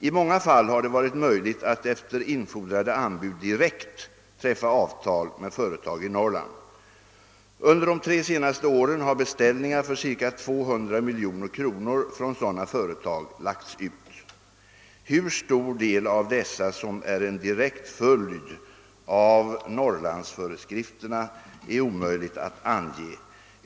I många fall har det varit möjligt att efter infordrade anbud direkt träffa avtal med företag i Norrland. Under de tre senaste åren har beställningar för ca 200 miljoner kronor från sådana företag lagts ut. Hur stor del av dessa som är en direkt följd av Norrlandsföreskrifterna är omöjligt att ange.